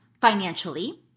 financially